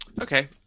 Okay